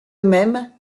même